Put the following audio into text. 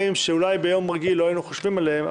שאולי ביום רגיל לא היינו חושבים עליהם.